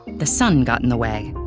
the sun got in the way.